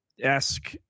Esque